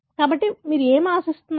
కాబట్టి మీరు ఏమి ఆశిస్తున్నారు